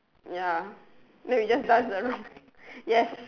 ya then we just dance around yes